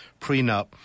prenup